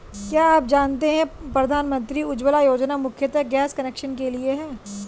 क्या आप जानते है प्रधानमंत्री उज्ज्वला योजना मुख्यतः गैस कनेक्शन के लिए है?